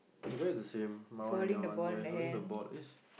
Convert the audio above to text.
because is the same my one and your one ya is only the board is